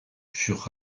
furent